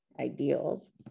ideals